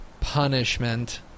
punishment